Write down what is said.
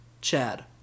Chad